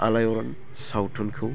आलायअरन सावथुनखौ